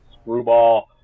screwball